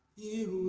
you